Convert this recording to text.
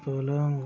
पलंग